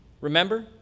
Remember